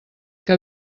que